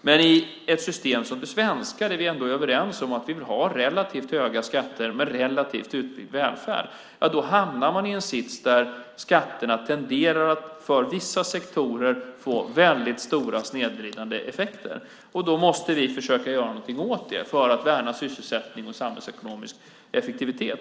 Men i ett system som det svenska, där vi ändå är överens om att vi vill ha relativt höga skatter med relativt utbyggd välfärd, hamnar man i en sits där skatterna tenderar att för vissa sektorer få stora snedvridande effekter. Då måste vi försöka göra någonting åt det för att värna sysselsättning och samhällsekonomisk effektivitet.